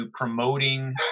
promoting